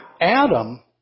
Adam